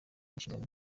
inshingano